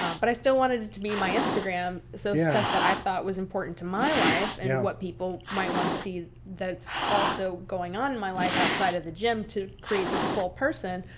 but i still wanted it to be my instagram. so stuff that i thought was important to my life and what people might want to see that's also going on in my life outside of the gym to create this full person.